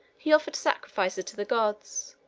he offered sacrifices to the gods,